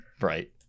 right